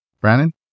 Brandon